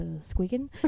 squeaking